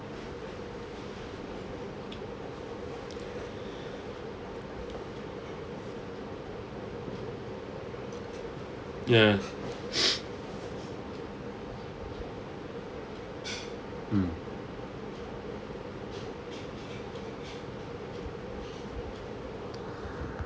mm